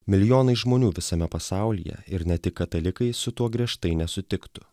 milijonai žmonių visame pasaulyje ir ne tik katalikai su tuo griežtai nesutiktų